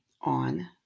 on